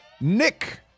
Nick